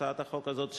הצעת החוק הזאת,